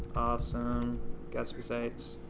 awesome gatsby site.